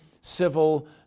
civil